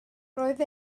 roedd